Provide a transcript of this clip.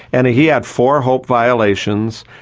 and he had four hope violations,